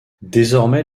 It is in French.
désormais